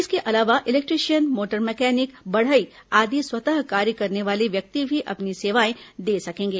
इसके अलावा electrician motor mechanic बढ़ई आदि स्वतः कार्य करने वाले व्यक्ति भी अपनी सेवाएं दे सकेंगे